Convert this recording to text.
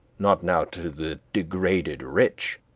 not now to the degraded rich.